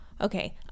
okay